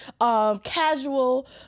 casual